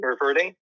reverting